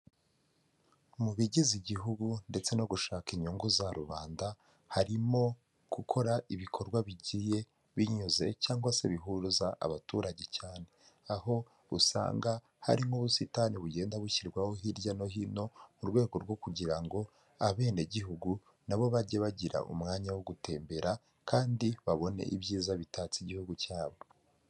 Mu bigize igihugu ndetse no gushaka inyungu za rubanda, harimo gukora ibikorwa bigiye binyuze cyangwa se bihuruza abaturage cyane, aho usanga hari nk'ubusitani bugenda bushyirwaho hirya no hino mu rwego rwo kugira ngo abene gihugu nabo bajye bagira umwanya wo gutembera kandi babone ibyiza bitatse igihugu cyabo.